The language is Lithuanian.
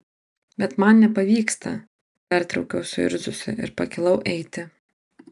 bet man nepavyksta pertraukiau suirzusi ir pakilau eiti